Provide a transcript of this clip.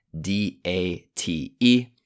d-a-t-e